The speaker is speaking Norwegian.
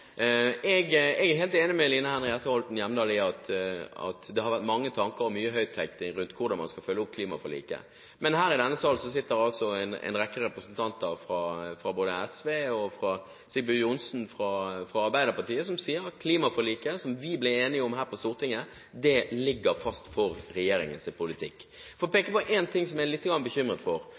Jeg er helt enig med Line Henriette Hjemdal i at det har vært mange tanker, og mye høyttenkning, rundt hvordan man skal følge opp klimaforliket. Men her i denne sal sitter det altså en rekke representanter fra SV og Sigbjørn Johnsen fra Arbeiderpartiet, som sier at klimaforliket som vi ble enige om her på Stortinget, ligger fast for regjeringens politikk. For å peke på én ting som jeg er lite grann bekymret for: